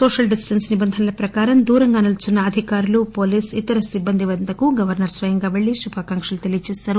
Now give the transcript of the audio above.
social distance నిబంధనల ప్రకారం దూర దూరంగా నిలుచున్న ఆఫీసర్లు పోలీస్ ఇతర సిబ్బంది వద్దకు గవర్న ర్ స్వయంగా పెళ్ళి శుభాకాంక్షలు తెలిపారు